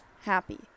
happy